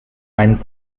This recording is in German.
einen